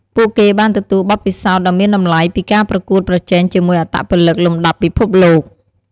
ពួកគេបានទទួលបទពិសោធន៍ដ៏មានតម្លៃពីការប្រកួតប្រជែងជាមួយអត្តពលិកលំដាប់ពិភពលោក។